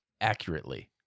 accurately